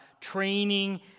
training